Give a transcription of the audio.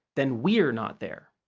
then we're not there.